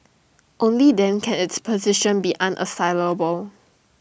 only then can its position be unassailable